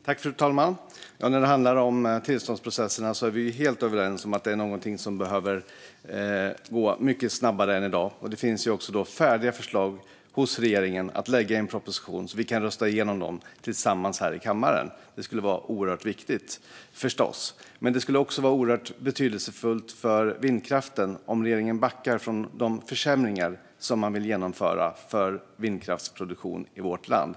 Fru talman! När det handlar om tillståndsprocesserna är vi helt överens om att detta behöver gå mycket snabbare än i dag. Det finns också färdiga förslag hos regeringen att lägga i en proposition så att vi kan rösta igenom dem tillsammans här i kammaren. Det skulle förstås vara oerhört viktigt. Men det skulle också vara oerhört betydelsefullt för vindkraften om regeringen backade från de försämringar man vill genomföra när det gäller vindkraftsproduktion i vårt land.